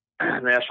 national